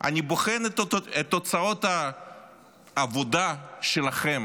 אני בוחן את תוצאות העבודה שלכם